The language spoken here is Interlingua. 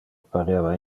pareva